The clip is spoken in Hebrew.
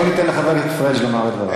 בואו ניתן לחבר הכנסת פריג' לומר את דברו.